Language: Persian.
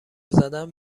زدن